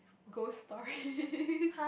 ghost stories